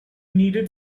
needed